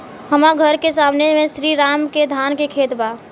हमर घर के सामने में श्री राम के धान के खेत बा